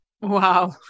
Wow